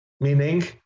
Meaning